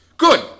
Good